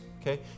okay